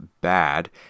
bad